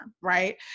right